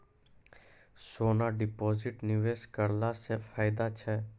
सोना deposit निवेश करला से फैदा छै?